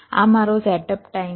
આ મારો setup time છે